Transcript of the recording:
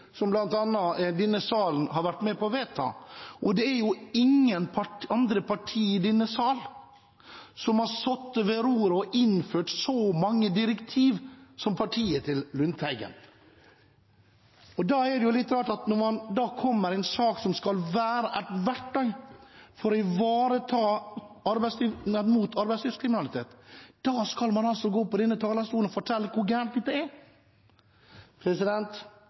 som denne salen har vært med på å vedta, og det er ingen andre partier i denne sal som har sittet ved roret og innført så mange direktiv som partiet til Lundteigen. Da er det litt rart at når det kommer en sak som omhandler et verktøy mot arbeidslivskriminalitet, går man på denne talerstolen og forteller hvor galt det er. Det hadde vært ønskelig om representanten Lundteigen hadde sett på en del av de andre direktivene som er